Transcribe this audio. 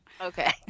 Okay